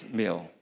meal